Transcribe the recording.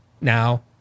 now